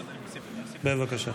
בבקשה.